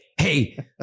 Hey